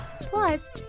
plus